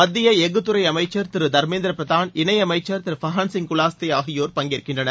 மத்திய எஃகுத்துறை அமைச்சர் திரு தர்மேந்திர பிரதான் இணையமைச்சர் திரு ஃபகன் சிங் குலாஸ்தே ஆகியோர் இதில் பங்கேற்கின்றனர்